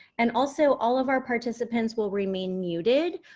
and also all of our participants will remain muted,